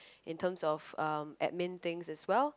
in terms of um admin things as well